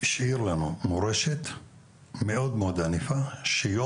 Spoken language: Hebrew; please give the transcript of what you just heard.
השאיר לנו מורשת מאוד מאוד ענפה שאני